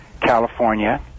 California